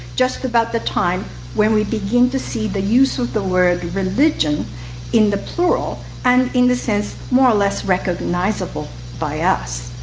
just about the time when we begin to see the use of the word religion in the plural and in the sense more or less recognizable by us.